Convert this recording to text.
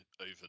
over